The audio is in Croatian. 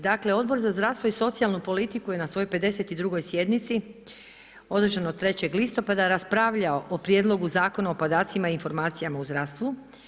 Dakle Odbor za zdravstvo i socijalnu politiku je na svojoj 52. sjednici održanoj 3. listopada raspravljao o Prijedlogu zakona o podacima i informacijama u zdravstvu.